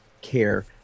care